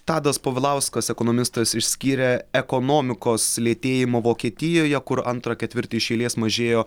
tadas povilauskas ekonomistas išskyrė ekonomikos lėtėjimo vokietijoje kur antrą ketvirtį iš eilės mažėjo